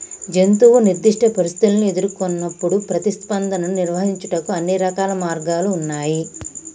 జంతువు నిర్దిష్ట పరిస్థితుల్ని ఎదురుకొన్నప్పుడు ప్రతిస్పందనను నిర్వహించుటకు అన్ని రకాల మార్గాలు ఉన్నాయి